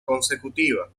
consecutiva